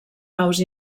aus